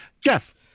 Jeff